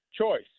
choice